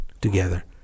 together